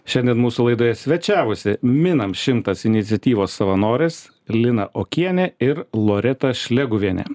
šiandien mūsų laidoje svečiavosi minam šimtas iniciatyvos savanorės lina okienė ir loreta šleguvienė